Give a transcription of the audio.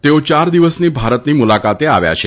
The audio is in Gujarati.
તેઓ યાર દિવસની ભારતની મુલાકાતે આવ્યા છે